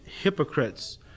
hypocrites